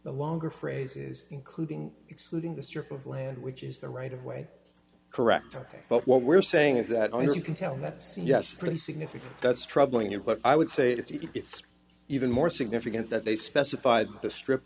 the longer phrases including excluding the strip of land which is the right of way correct ok but what we're saying is that all you can count on that yes pretty significant that's troubling you but i would say if you get even more significance that they specified the strip